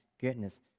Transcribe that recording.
goodness